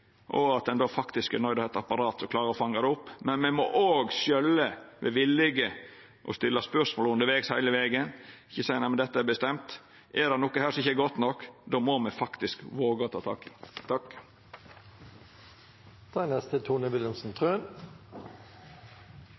og at ein då faktisk er nøydd til å ha eit apparat som klarar å fanga det opp. Men me må òg sjølve vera villige til å stilla spørsmål undervegs, heile vegen, og ikkje seia: Nei, men dette er bestemt. Er det noko her som ikkje er godt nok, må me faktisk våga å ta tak i